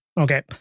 Okay